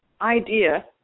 idea